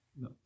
No